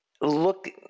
look